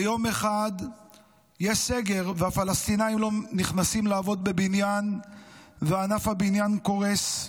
ויום אחד יש סגר והפלסטינים לא נכנסים לעבוד בבניין וענף הבניין קורס,